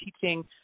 teaching